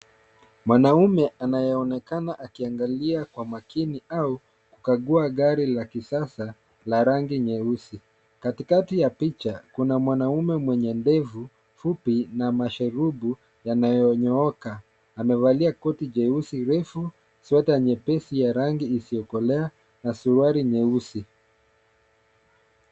Mwanaume anayeonekana akiangalia kwa makini au kukagua gari la kisasa la rangi nyeusi. Katikati ya picha kuna mwanaume mwenye ndevu fupi na masharubu yanayonyooka. Amevalia koti jeusi refu, sweta nyepesi ya rangi isiyokolea na suruali nyeusi.